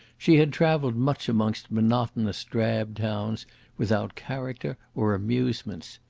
she had travelled much amongst monotonous, drab towns without character or amusements.